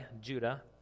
Judah